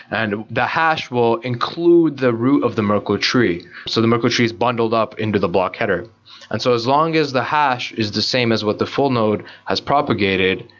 and the hash will include the root of the merkel tree, so the merkel tree is bundled up into the block header and so as long as the hash is the same as what the full node has propagated,